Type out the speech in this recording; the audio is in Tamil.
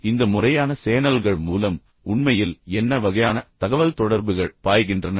இப்போது இந்த முறையான சேனல்கள் மூலம் உண்மையில் என்ன வகையான தகவல்தொடர்புகள் பாய்கின்றன